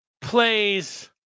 plays